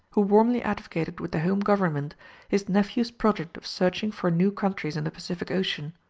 who warmly advocated with the home government his nephew's project of searching for new countries in the pacific ocean.